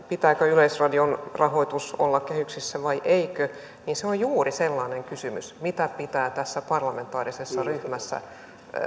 pitääkö yleisradion rahoituksen olla kehyksissä vai eikö on juuri sellainen kysymys mistä pitää tässä parlamentaarisessa ryhmässä